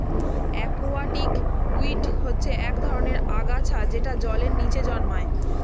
aquatic weed হচ্ছে এক ধরনের আগাছা যেটা জলের নিচে জন্মায়